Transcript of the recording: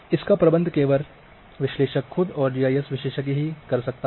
इसका प्रबंध केवल विश्लेषक खुद और जीआईएस विशेषज्ञ ही कर सकता है